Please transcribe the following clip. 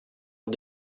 ont